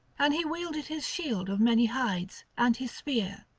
and he wielded his shield of many hides, and his spear,